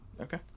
Okay